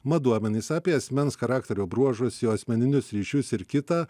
mat duomenys apie asmens charakterio bruožus jo asmeninius ryšius ir kitą